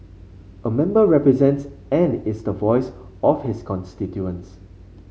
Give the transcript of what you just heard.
a member represents and is the voice of his constituents